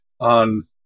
on